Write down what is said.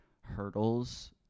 hurdles